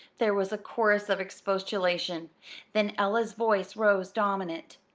there was a chorus of expostulation then ella's voice rose dominant.